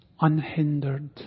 unhindered